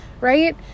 Right